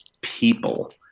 people